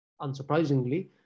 unsurprisingly